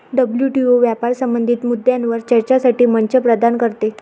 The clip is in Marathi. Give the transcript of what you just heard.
डब्ल्यू.टी.ओ व्यापार संबंधित मुद्द्यांवर चर्चेसाठी मंच प्रदान करते